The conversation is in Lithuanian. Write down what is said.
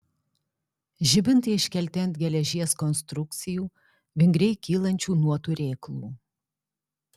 žibintai iškelti ant geležies konstrukcijų vingriai kylančių nuo turėklų